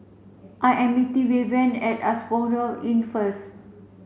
I am meeting Vivien at Asphodel Inn first